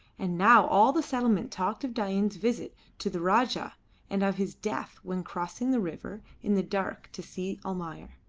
and now all the settlement talked of dain's visit to the rajah and of his death when crossing the river in the dark to see almayer.